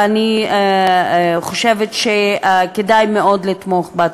ואני חושבת שכדאי מאוד לתמוך בה.